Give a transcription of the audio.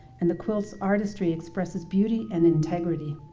and the quilt's artistry expresses beauty and integrity.